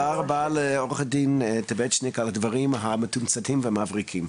תודה רבה לעורכת הדין דנה טבצ'ניק על הדברים המתומצתים והמבריקים.